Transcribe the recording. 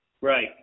Right